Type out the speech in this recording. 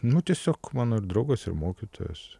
nu tiesiog mano draugas ir mokytojas